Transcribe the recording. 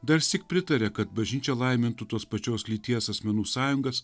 darsyk pritarė kad bažnyčia laimintų tos pačios lyties asmenų sąjungas